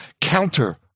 counter